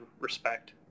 respect